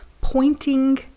pointing